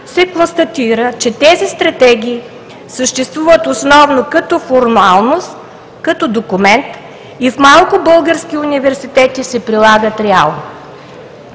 се констатира, че тези стратегии съществуват основно като формалност, като документ и в малко български университети се прилагат реално.